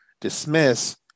dismiss